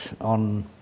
on